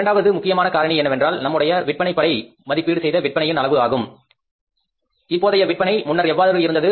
இரண்டாவது முக்கியமான காரணி என்னவென்றால் நம்முடைய விற்பனை படை மதிப்பீடு செய்த விற்பனையின் அளவு ஆகும் இப்போதைய விற்பனை முன்னர் எவ்வாறு இருந்தது